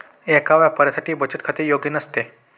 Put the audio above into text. एका व्यापाऱ्यासाठी बचत खाते योग्य नसते